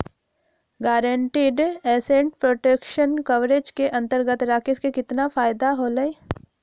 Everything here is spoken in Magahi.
गारंटीड एसेट प्रोटेक्शन कवरेज के अंतर्गत राकेश के कितना फायदा होलय?